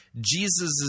Jesus